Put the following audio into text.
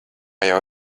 jau